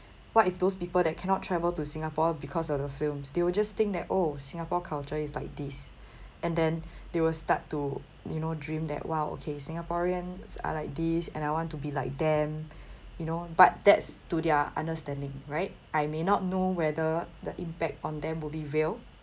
what if those people that cannot travel to singapore because of the films they will just think that oh singapore culture is like this and then they will start to you know dream that !wow! okay singaporeans are like this and I want to be like them you know but that's to their understanding right I may not know whether the impact on them would be real